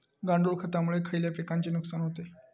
गांडूळ खतामुळे खयल्या पिकांचे नुकसान होते?